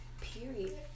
Period